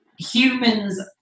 Humans